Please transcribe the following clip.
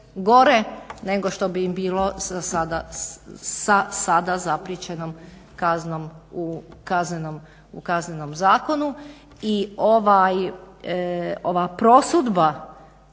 nego što bi im bilo sa sada zapriječenom kaznom u Kaznenom zakonu.